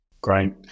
Great